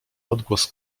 odgłos